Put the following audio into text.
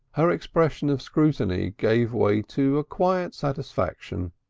her expression of scrutiny gave way to a quiet satisfaction.